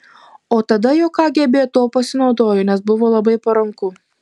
o tada jau kgb tuo pasinaudojo nes buvo labai paranku